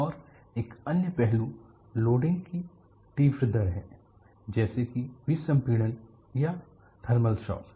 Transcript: और एक अन्य पहलू लोडिंग की तीव्र दर है जैसे कि विसंपिड़न या थर्मल शॉक